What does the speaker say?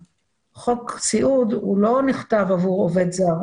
חוק סיעוד הוא לא נכתב עבור עובד זר,